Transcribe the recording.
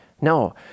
No